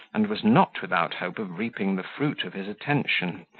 and was not without hope of reaping the fruit of his attention,